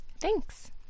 Thanks